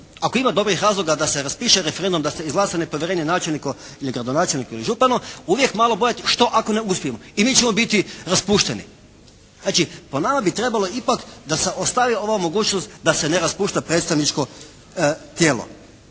ako ima dobrih razloga da se raspiše referendum, da se izglasa nepovjerenje načelniku ili gradonačelniku ili županu, uvijek malo bojati što ako ne uspijemo i mi ćemo biti raspušteni. Znači po nam bi trebalo ipak da se ostavi ova mogućnost da se ne raspušta predstavničko tijelo.